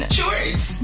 Shorts